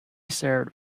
served